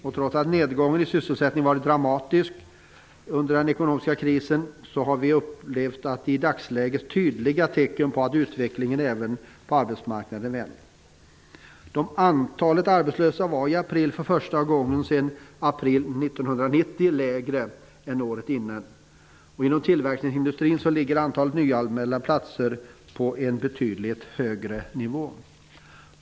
Trots att nedgången i sysselsättningen har varit dramatisk under den ekonomiska krisen kan vi i dagsläget se tydliga tecken på att utvecklingen även på arbetsmarknaden vänder. Antalet arbetslösa i april var för första gången sedan april 1990 lägre än året innan. Inom tillverkningsindustrin ligger antalet nyanmälda platser på en betydligt högre nivå.